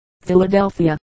Philadelphia